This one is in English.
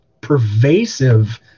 pervasive